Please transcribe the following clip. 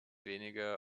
wenige